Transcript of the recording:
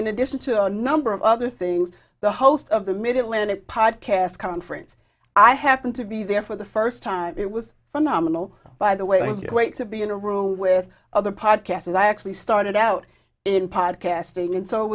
in addition to a number of other things the host of the mid atlantic podcast conference i happened to be there for the first time it was phenomenal by the way it was your great to be in a room with other pod cast and i actually started out in pod casting and so it